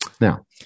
Now